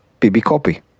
pbcopy